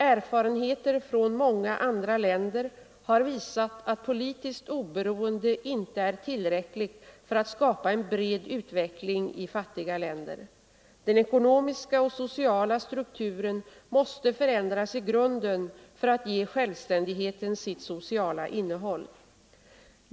Erfarenheter från många andra länder har visat att politiskt oberoende inte är tillräckligt för att skapa en bred utveckling i fattiga länder. Den ekonomiska och sociala strukturen måste förändras i grunden för att ge självständigheten sitt sociala innehåll.